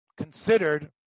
considered